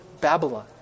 Babylon